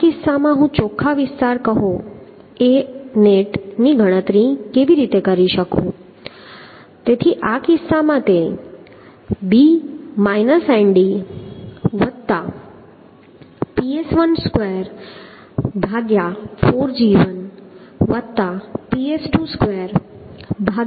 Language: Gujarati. તો આ કિસ્સામાં હું ચોખ્ખા વિસ્તાર કહો Anet ની ગણતરી કેવી રીતે કરી શકું તેથી આ કિસ્સામાં તે b ndPs124g1Ps224g2t હશે